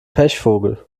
pechvogel